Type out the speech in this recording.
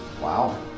Wow